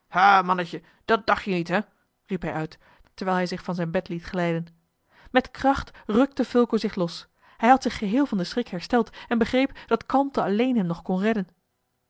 ha mannetje dat dacht je niet hè riep hij uit terwijl hij zich van zijn bed liet glijden met kracht rukte fulco zich los hij had zich geheel van den schrik hersteld en begreep dat kalmte alleen hem nog kon redden